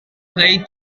play